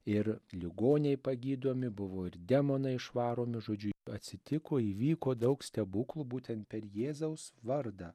ir ligoniai pagydomi buvo ir demonai išvaromi žodžiu atsitiko įvyko daug stebuklų būtent per jėzaus vardą